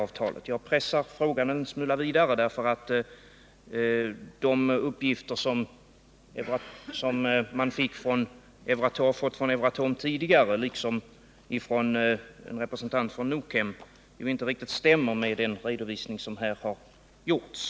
Jag vill gärna pressa den frågan ytterligare, eftersom de uppgifter man tidigare fått från Euratom liksom uppgifterna från en representant för Nukem inte riktigt överensstämmer med den redovisning som här har gjorts.